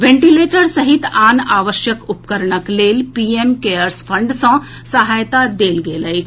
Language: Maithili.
वेंटिलेटर सहित आन आवश्यक उपकरणक लेल पीएम केयर्स फंड सॅ सहायता देल गेल अछि